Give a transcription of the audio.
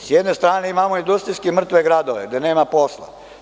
S jedne strane imamo industrijski mrtve gradove, gde nema posla.